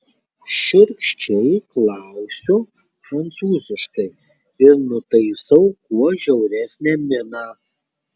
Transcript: šiurkščiai klausiu prancūziškai ir nutaisau kuo žiauresnę miną